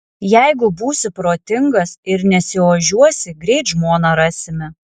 jeigu būsi protingas ir nesiožiuosi greit žmoną rasime